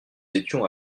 étions